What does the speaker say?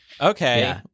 Okay